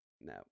no